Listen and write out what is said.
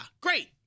great